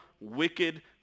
wicked